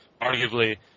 arguably